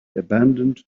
abandoned